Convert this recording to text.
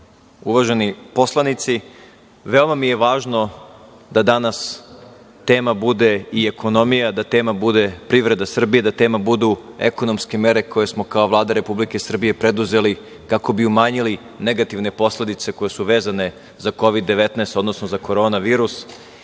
puno. Uvaženi poslanici, veoma mi je važno da danas tema bude i ekonomija, da tema bude privreda Srbije, da tema budu ekonomske mere koje smo kao Vlada Republike Srbije preduzeli kako bi umanjili negativne posledice koje su vezane za Kovid-19, odnosno za Korona virus. Sa